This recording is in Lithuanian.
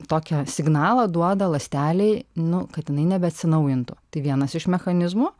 tokią signalą duoda ląstelei nu kad jinai nebe atsinaujintų tai vienas iš mechanizmų